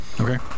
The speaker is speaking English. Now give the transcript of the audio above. Okay